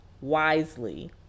wisely